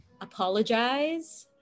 apologize